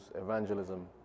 evangelism